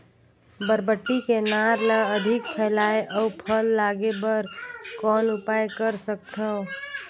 बरबट्टी के नार ल अधिक फैलाय अउ फल लागे बर कौन उपाय कर सकथव?